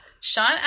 Sean